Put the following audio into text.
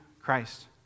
Christ